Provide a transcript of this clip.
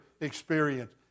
experience